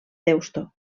deusto